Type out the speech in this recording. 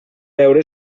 veure